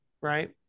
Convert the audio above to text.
Right